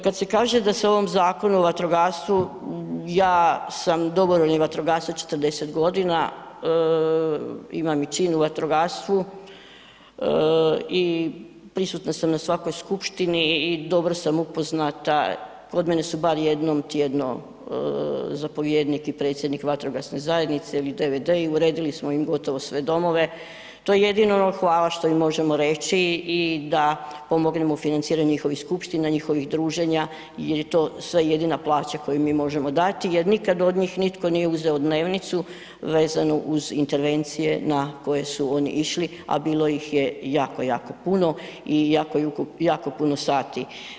Kad se kaže da se u ovom Zakonu o vatrogastvu, ja sam dobrovoljni vatrogasac 40.g., imam i čin u vatrogastvu i prisutna sam na svakoj skupštini i dobro sam upoznata, kod mene su bar jednom tjedno zapovjednik i predsjednik vatrogasne zajednice ili DVD-i, uredili smo im gotovo sve domove, to je jedino ono hvala što im možemo reći i da pomognemo financiranje njihovih skupština, njihovih druženja jer je to sve jedina plaća koju mi možemo dati jer nikad od njih nitko nije uzeo dnevnicu vezanu uz intervencije na koje su oni išli, a bilo ih je jako, jako puno i jako puno sati.